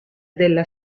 della